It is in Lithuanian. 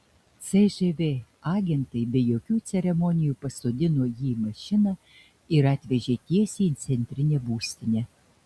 cžv agentai be jokių ceremonijų pasodino jį į mašiną ir atvežė tiesiai į centrinę būstinę